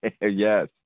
Yes